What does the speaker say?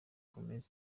gomez